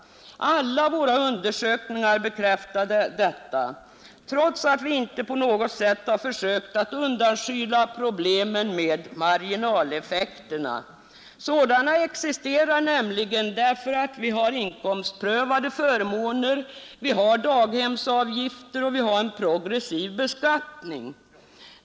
Alla våra undersökningar bekräftar detta, trots att vi inte på något sätt har försökt att undanskyla problemen med marginaleffekterna. Sådana existerar nämligen, eftersom det finns inkomstprövade förmåner och daghemsavgifter och en progressiv beskattning.